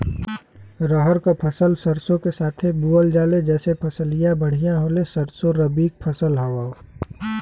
रहर क फसल सरसो के साथे बुवल जाले जैसे फसलिया बढ़िया होले सरसो रबीक फसल हवौ